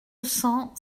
cents